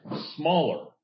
smaller